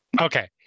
Okay